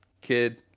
kid